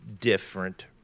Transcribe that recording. different